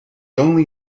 only